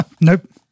Nope